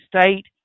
State